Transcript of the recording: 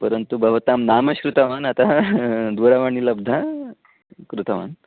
परन्तु भवतां नाम श्रुतवान् अतः दूरवाणीं लब्ध्वा कृतवान्